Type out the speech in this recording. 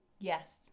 Yes